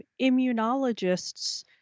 immunologists